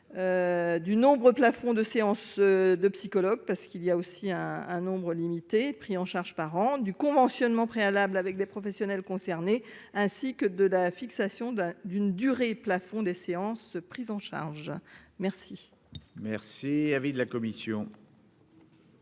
du nombre plafond de séances de psychologue parce qu'il y a aussi un un nombre limité, pris en charge par an du conventionnement préalable avec les professionnels concernés, ainsi que de la fixation d'un, d'une durée plafond des séances, prise en charge, merci. Merci, il avait. La commission.